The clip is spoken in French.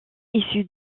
issu